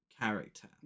character